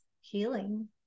healing